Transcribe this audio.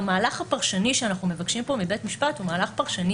המהלך הפרשני שאנחנו מבקשים כאן מבית משפט הוא מהלך פרשני